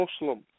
Muslim